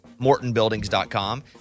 MortonBuildings.com